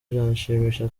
byanshimisha